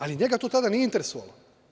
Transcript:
Ali, njega to tada nije interesovalo.